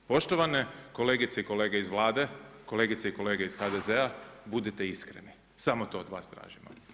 Poštovane kolegice i kolege iz Vlade, kolegice i kolege iz HDZ-a, budite iskreni, samo to od vas tražimo.